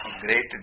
great